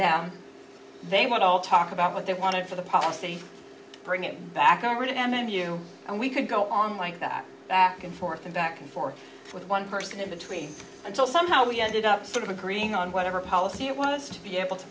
them they want to talk about what they wanted for the prostate to bring it back i read it and then you and we could go on like that back and forth and back and forth with one person in between until somehow we ended up sort of agreeing on whatever policy it was to be able to